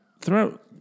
throughout